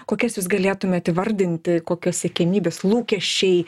kokias jūs galėtumėt įvardinti kokios siekiamybės lūkesčiai